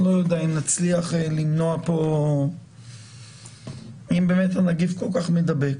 אני לא יודע אם נצליח למנוע אם באמת הנגיף כל כך מדבק